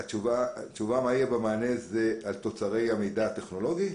מה שיהיה במענה זה תוצרי המידע הטכנולוגי?